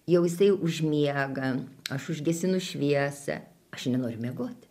jau jisai užmiega aš užgesinu šviesą aš nenoriu miegoti